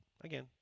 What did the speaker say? again